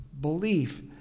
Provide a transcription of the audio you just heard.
belief